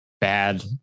bad